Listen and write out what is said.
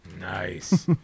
Nice